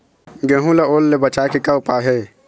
गेहूं ला ओल ले बचाए के का उपाय हे?